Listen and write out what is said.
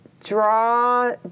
draw